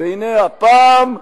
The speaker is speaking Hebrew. והנה הפעם,